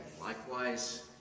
Likewise